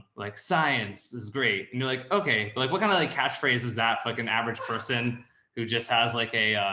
like science is great and you're like, okay, like what kind of like catch phrases that for like an average person who just has like a,